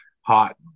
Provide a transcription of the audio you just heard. hot